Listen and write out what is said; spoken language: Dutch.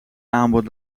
aanbod